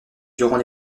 durant